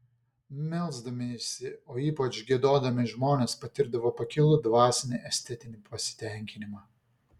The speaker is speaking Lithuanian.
melsdamiesi o ypač giedodami žmonės patirdavo pakilų dvasinį estetinį pasitenkinimą